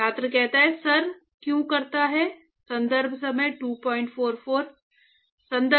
छात्र सर क्यों करता है संदर्भ समय 0244